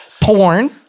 Porn